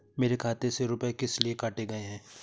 मेरे खाते से रुपय किस लिए काटे गए हैं?